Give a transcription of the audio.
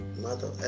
Mother